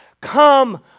come